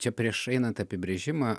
čia prieš einant į apibrėžimą